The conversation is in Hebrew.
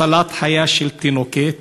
הצלת חייה של תינוקת,